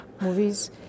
movies